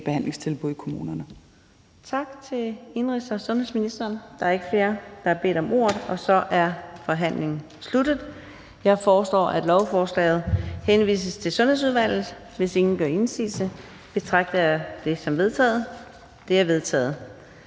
behandlingstilbud i kommunerne.